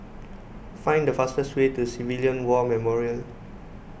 find the fastest way to Civilian War Memorial